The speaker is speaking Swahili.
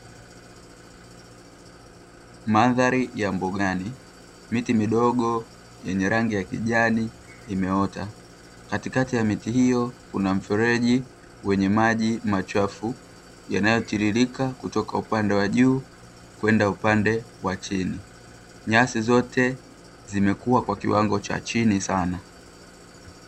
Mandhari ya mbugani miti midogo yenye rangi ya kijani, imeota, katikati ya miti hiyo kuna mfereji wenye maji machafu yanayotiririka kutoka upande wa juu kwenda upande wa chini nyasi zote zimekuwa kwa kiwango cha chini sana.